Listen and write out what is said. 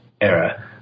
era